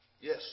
Yes